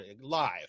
live